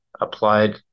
applied